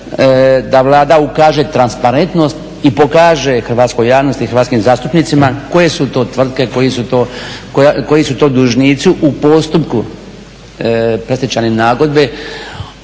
da Vlada ukaže transparentnost i pokaže hrvatskoj javnosti i hrvatskim zastupnicima koje su to tvrtke, koji su to dužnici u postupku predstečajne nagodbe